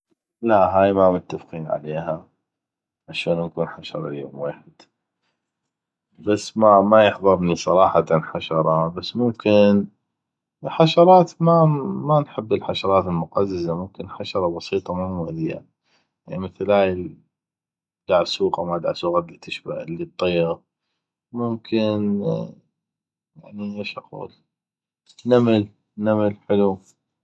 لا هاي ما متفقين عليها اشون نكون حشره ليوم ويحد بس ما يحظرني صراحه حشره بس ممكن حشرات ما نحب الحشرات المقززه ممكن حشره بسيطه ما مؤذية يعني مثل هاي الدعسوقه ما دعسوقه اللي تطيغ ممكن نمل نمل حلو